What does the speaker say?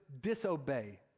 disobey